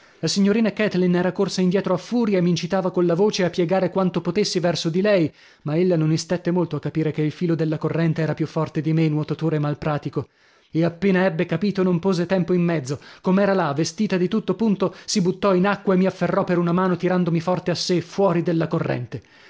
la signorina kathleen era corsa indietro a furia e m'incitava colla voce a piegare quanto potessi verso di lei ma ella non istette molto a capire che il filo della corrente era più forte di me nuotatore mal pratico e appena ebbe capito non pose tempo in mezzo com'era là vestita di tutto punto sì buttò in acqua e mi afferrò per una mano tirandomi forte a sè fuori della corrente